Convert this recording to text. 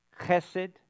Chesed